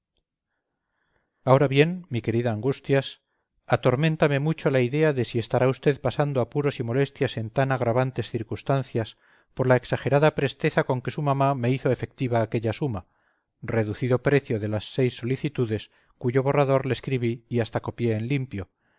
ahora bien mi querida angustias atorméntame mucho la idea de si estará usted pasando apuros y molestias en tan agravantes circunstancias por la exagerada presteza con que su mamá me hizo efectiva aquella suma reducido precio de las seis solicitudes cuyo borrador le escribí y hasta copié en limpio y pido a usted su consentimiento previo para devolver el dinero y aun